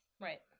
Right